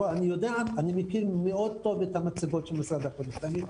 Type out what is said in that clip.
אני מכיר טוב מאוד את המצגות של משרד החינוך.